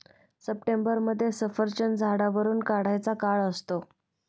सप्टेंबरमध्ये सफरचंद झाडावरुन काढायचा काळ असतो